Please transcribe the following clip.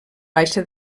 baixa